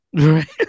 Right